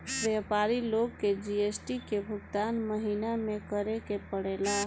व्यापारी लोग के जी.एस.टी के भुगतान महीना में करे के पड़ेला